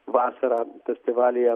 vasarą festivalyje